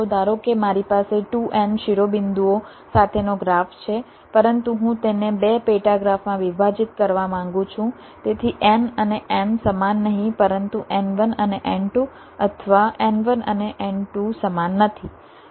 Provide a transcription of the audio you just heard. ધારો કે મારી પાસે 2n શિરોબિંદુઓ સાથેનો ગ્રાફ છે પરંતુ હું તેને 2 પેટા ગ્રાફમાં વિભાજિત કરવા માંગુ છું તેથી n અને n સમાન નહિં પરંતુ n1 અને n2 અથવા n1 અને n2 સમાન નથી